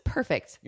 Perfect